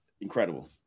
Incredible